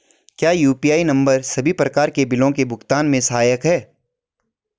क्या UPI number सभी प्रकार के बिलों के भुगतान में सहायक हैं?